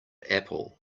apple